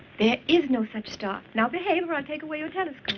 there is no such star. now behave, or i'll take away your kind of